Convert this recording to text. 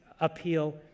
appeal